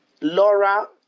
Laura